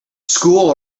school